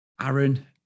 Aaron